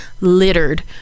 littered